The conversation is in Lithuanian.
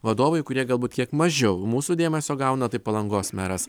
vadovai kurie galbūt kiek mažiau mūsų dėmesio gauna tai palangos meras